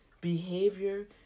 behavior